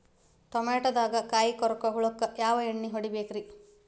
ಟಮಾಟೊದಾಗ ಕಾಯಿಕೊರಕ ಹುಳಕ್ಕ ಯಾವ ಎಣ್ಣಿ ಹೊಡಿಬೇಕ್ರೇ?